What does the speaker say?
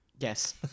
yes